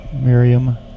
Miriam